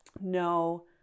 No